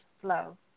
Flow